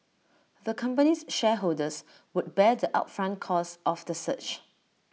the company's shareholders would bear the upfront costs of the search